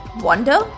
wonder